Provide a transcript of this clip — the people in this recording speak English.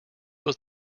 was